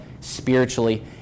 spiritually